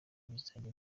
bizajya